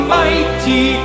mighty